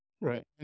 right